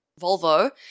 Volvo